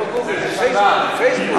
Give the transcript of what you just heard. לא גוגל, פייסבוק.